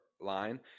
line